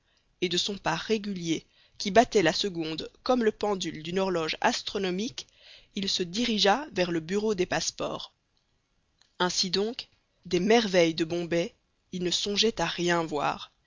et de son pas régulier qui battait la seconde comme le pendule d'une horloge astronomique il se dirigea vers le bureau des passeports ainsi donc des merveilles de bombay il ne songeait à rien voir